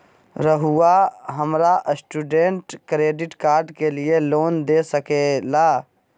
रहुआ हमरा student credit card के लिए लोन दे सके ला?